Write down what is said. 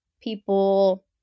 people